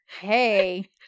Hey